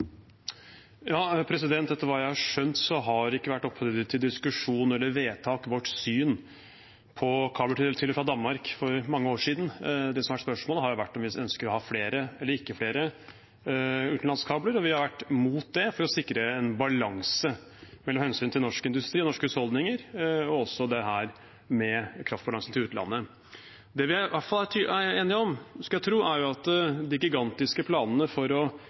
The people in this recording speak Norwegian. Etter hva jeg har skjønt, har det ikke vært oppe til diskusjon eller vedtak vårt syn på kabel til og fra Danmark for mange år siden. Det som har vært spørsmålet, har vært om vi ønsker å ha flere utenlandskabler eller ikke, og vi har vært imot det for å sikre en balanse mellom hensynet til norsk industri og norske husholdninger og dette med kraft til utlandet. Det vi i hvert fall er enige om, skulle jeg tro, er at de gigantiske planene for å